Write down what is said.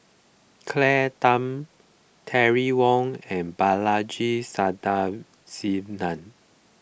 Claire Tham Terry Wong and Balaji Sadasivan